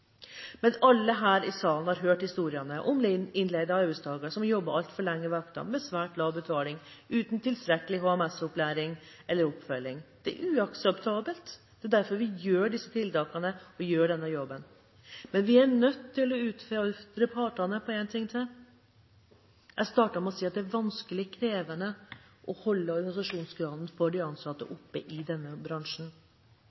Men alle her i salen har hørt historier om innleide arbeidstakere som jobber altfor lange vakter, med svært lav betaling, uten tilstrekkelig HMS-opplæring eller oppfølging. Dette er uakseptabelt, og det er derfor vi gjør disse tiltakene og denne jobben. Men vi er nødt til å utfordre partene på én ting til: Jeg startet med å si at det er vanskelig og krevende å holde organisasjonskravene for de ansatte